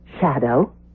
Shadow